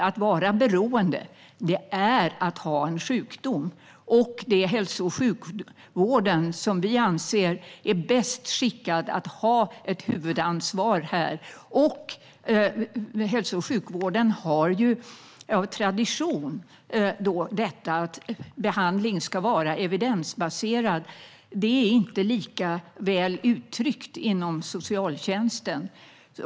Och vi anser att det är hälso och sjukvården som är bäst skickad att ha huvudansvaret här. Inom hälso och sjukvården ska behandling, av tradition, vara evidensbaserad. Det är inte lika väl uttryckt inom socialtjänsten.